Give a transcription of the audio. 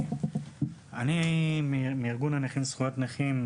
אני מארגון הנכים זכויות נכים.